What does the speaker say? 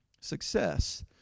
success